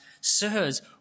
Sirs